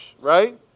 right